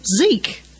Zeke